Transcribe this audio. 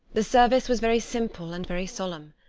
the service was very simple and very solemn.